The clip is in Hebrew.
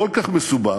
כל כך מסובך,